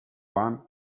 juan